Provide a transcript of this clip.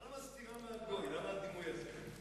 אבל למה הדימוי הזה?